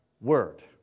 Word